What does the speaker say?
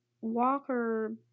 Walker